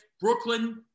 Brooklyn